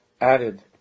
added